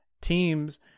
teams